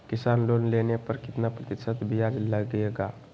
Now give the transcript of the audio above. किसान लोन लेने पर कितना प्रतिशत ब्याज लगेगा?